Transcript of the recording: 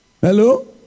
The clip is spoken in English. Hello